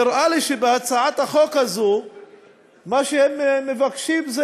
נראה לי שבהצעת החוק הזאת מה שהם מבקשים זה